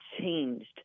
changed